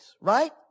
right